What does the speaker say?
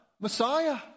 Messiah